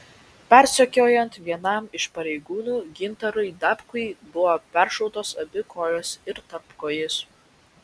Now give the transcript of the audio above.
persekiojant vienam iš pareigūnų gintarui dabkui buvo peršautos abi kojos ir tarpkojis